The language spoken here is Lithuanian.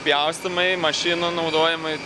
pjaustymai mašinų naudojimai